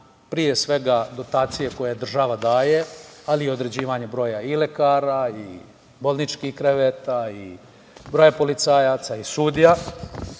pre svega, dotacije koje država daje i određivanje broja i lekara i bolničkih kreveta i broja policajaca i sudija. Meni